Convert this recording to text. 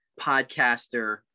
podcaster